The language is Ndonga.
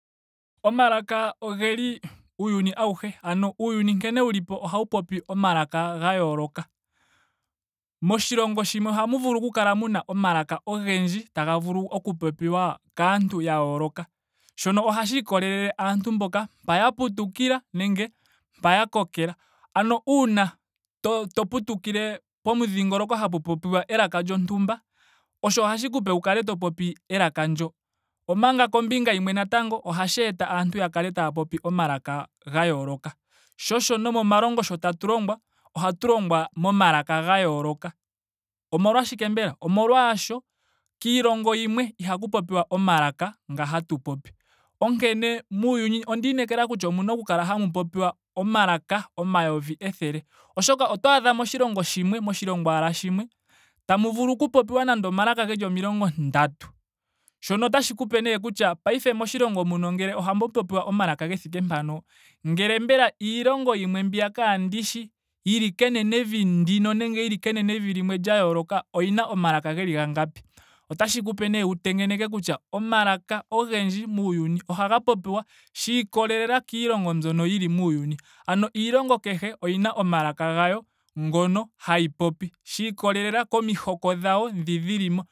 Omalaka ogeli uuyuni auhe. Ano uuyuni nkene wulipo ohawu popi omalaka gga yooloka. Moshilongo shimwe ohashi vulika mu kale muna omalaka ogendji taga vulu oku popiwa kaantu ya yooloka. Shono ohashiikolele aantu mboka mpa ya putukila nenge mpa ya kokela. Ano uuna to- to putukile pomudhingoloko hapu popiwa elaka lyontumba oho hashi ku pe wu kale to popi elaka ndyo. Omanga kombinga yimwe natango ohashi eta aantu ya kale taya popi omalaka ga yooloka. Sho osho nomomalongo sho tatu longwa ohatu longwa momalaka ga yooloka. Omolwashike mbela? Omolwaashoka kiilongo yimwe ihaku popiwa omalaka nga hatu popi. Onkene muuyuni onda inekela kutya omuna oku kala hamu popiwa omalaka omayovi ethele. Oshoka oto adha moshilongo shimwe. moshilongo ashike shimwe tamu vulu oku popiwa nando omalaka geli omilongo ndatu. Shono otashi ku pe nee kutya paife ngele moshilongo muno ngele ohamu popiwa omalaka ge thike mpano. ngele mbela iilonngo yimwe mbiya kaandishi. yili kenenenvi ndino nenge kenenevi limwe lya yooloka. oyina omalaka geli gangapi? Otashi ku pe nee wu tengeneke kutya omalaka ogendji muuyuni ohaga popiwa shiikolelela kiilongo mbyono yili muuyuni. Ano iilongo kehe oyina omalaka gayo ngono hayi popi shiikolelela komihoko dhayo dhoka dhilimo